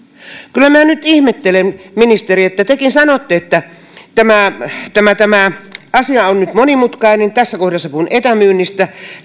kyllä minä nyt ihmettelen ministeri että tekin sanotte että tämä tämä asia on monimutkainen tässä kohdassa puhun etämyynnistä